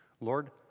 Lord